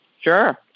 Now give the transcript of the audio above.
sure